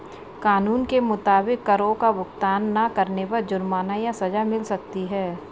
कानून के मुताबिक, करो का भुगतान ना करने पर जुर्माना या सज़ा मिल सकती है